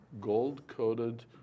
gold-coated